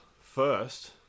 first